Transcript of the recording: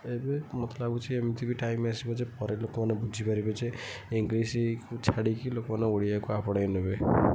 ଏବେ ମୋତେ ଲାଗୁଛି ଏମିତି ବି ଟାଇମ୍ ଆସିବ ଯେ ଘରେ ଲୋକମାନେ ବୁଝିପାରିବେ ଯେ ଇଂଗ୍ଲିଶ୍କୁ ଛାଡ଼ିକି ଲୋକମାନେ ଓଡ଼ିଆକୁ ଆପଣେଇ ନେବେ